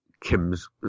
Kim's